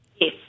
Yes